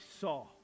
saw